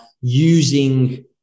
using